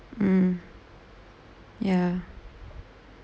mm ya